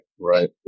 right